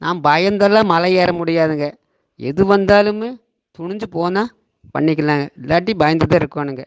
நாம் பயந்தெல்லாம் மலை ஏற முடியாதுங்க எது வந்தாலும் துணிஞ்சு போனால் பண்ணிக்கலாம்ங்க இல்லாட்டி பயந்துதான் இருக்கணுங்க